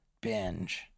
binge